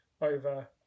over